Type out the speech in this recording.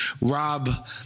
Rob